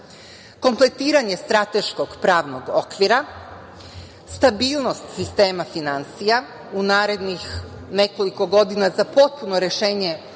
kompletiranje strateško pravnog okvira, stabilnost sistema finansija u narednih nekoliko godina za potpuno rešenje